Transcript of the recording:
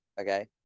okay